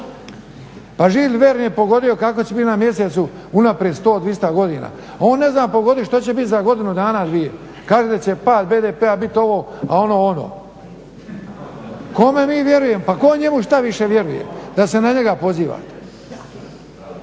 Pa Jules Verne je pogodio kako će biti na mjesecu unaprijed 100, 200 godina. A on ne zna pogodit što će biti za godinu dana, dvije. Kaže da će pad BDP-a biti ovo a ono, ono. Kome mi vjerujemo? Pa tko njemu šta više vjeruje, da se na njega poziva.